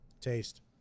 Taste